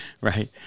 Right